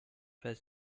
his